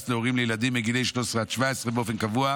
להורים לילדים בגילי 13 17 באופן קבוע,